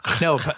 No